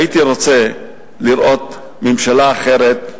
הייתי רוצה לראות ממשלה אחרת,